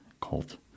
cult